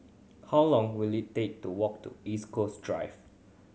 how long will it take to walk to East Coast Drive